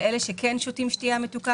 של אלה שכן שותים שתייה מתוקה,